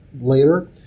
later